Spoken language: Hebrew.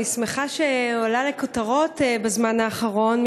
אני שמחה שהוא עלה לכותרות בזמן האחרון.